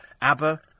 Abba